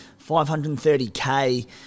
530k